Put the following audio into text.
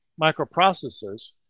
microprocessors